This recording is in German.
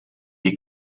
die